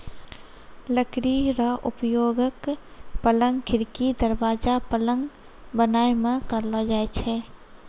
लकड़ी रो उपयोगक, पलंग, खिड़की, दरबाजा, पलंग बनाय मे करलो जाय छै